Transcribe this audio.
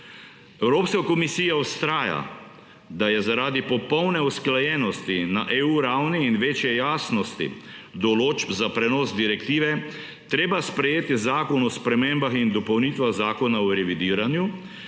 Evropska komisija vztraja, da je zaradi popolne usklajenosti na EU ravni in večje javnosti določb za prenos direktive treba sprejeti zakon o spremembah in dopolnitvah Zakona o revidiranju,